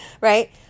right